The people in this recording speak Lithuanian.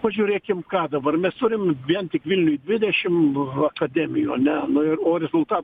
pažiūrėkime ką dabar mes turim vien tik vilniuj dvidešim akademijų ane nu ir o rezultatų